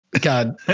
God